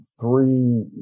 three